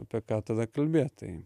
apie ką tada kalbėt tai